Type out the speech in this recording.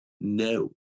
No